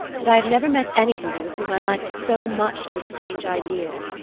and i have never met anybody with whom i liked so much to exchange ideas.